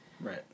Right